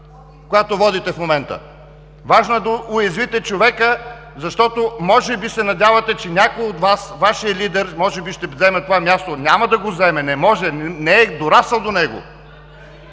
която водите в момента. Важно е да уязвите човека, защото може би се надявате, че някой от Вас, вашият лидер може би ще заеме това място. Няма да го заеме! Не може! Не е дорасъл до него!